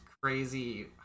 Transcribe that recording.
crazy